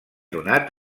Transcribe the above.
donat